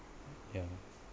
yeah